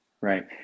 Right